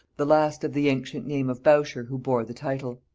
the last of the ancient name of bourchier who bore the title.